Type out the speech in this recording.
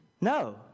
No